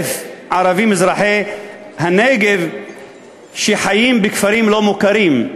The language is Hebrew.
ערבים אזרחי הנגב שחיים בכפרים לא מוכרים,